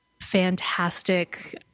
fantastic